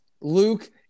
Luke